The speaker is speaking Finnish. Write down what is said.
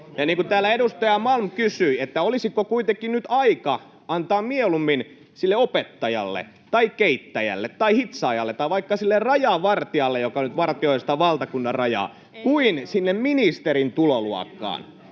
Ja niin kuin täällä edustaja Malm kysyi, olisiko kuitenkin nyt aika antaa mieluummin sille opettajalle tai keittäjälle tai hitsaajalle tai vaikka sille rajavartijalle, joka nyt vartioi sitä valtakunnan rajaa kuin sinne ministerin tuloluokkaan.